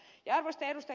arvoisa ed